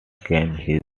his